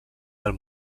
del